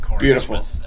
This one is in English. beautiful